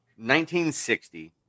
1960